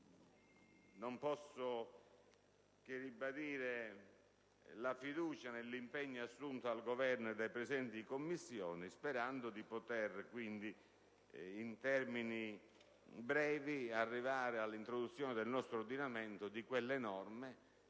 non posso che ribadire la fiducia nell'impegno assunto dal Governo e dai Presidenti di Commissione, sperando di poter, in tempi brevi, arrivare all'introduzione nel nostro ordinamento di quelle norme